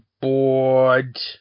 bored